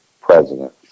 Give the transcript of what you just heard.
president